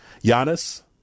Giannis